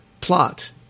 plot